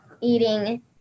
eating